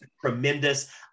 tremendous